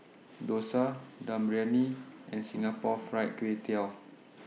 Dosa Dum Briyani and Singapore Fried Kway Tiao